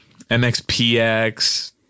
MXPX